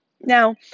Now